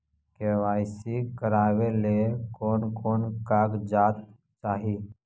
KYC करावे ले कोन कोन कागजात चाही?